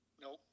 Nope